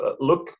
look